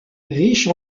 riche